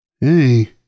Hey